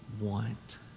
want